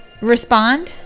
Respond